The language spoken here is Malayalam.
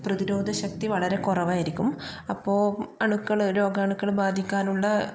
പ്രതിരോധ ശക്തി വളരെ കുറവായിരിക്കും അപ്പോൾ അണുക്കള് രോഗാണുക്കള് ബാധിക്കാനുള്ള